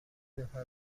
نفر